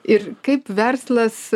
ir kaip verslas